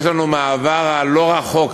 יש לנו מהעבר הלא-רחוק